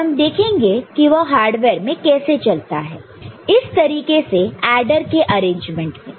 और हम देखेंगे कि यह हार्डवेयर में कैसे चलता है इस तरीके के एडर के अरेंजमेंट में